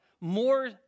more